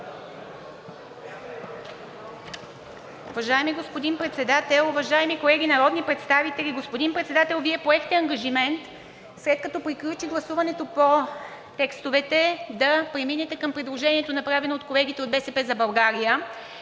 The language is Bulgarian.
Уважаеми господин Председател, уважаеми колеги народни представители! Господин Председател, Вие поехте ангажимент, след като приключи гласуването по текстовете, да преминете към предложението, направено от колегите от „БСП за България“.